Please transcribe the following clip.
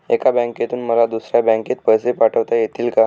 एका बँकेतून मला दुसऱ्या बँकेत पैसे पाठवता येतील का?